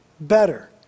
better